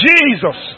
Jesus